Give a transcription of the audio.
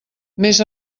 més